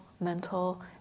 mental